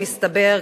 מסתבר,